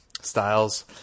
styles